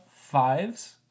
fives